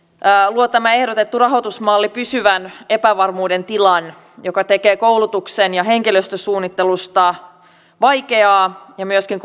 luo tämä ehdotettu rahoitusmalli pysyvän epävarmuuden tilan ja tekee koulutuksen ja henkilöstösuunnittelusta vaikeaa ja myöskin